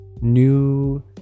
new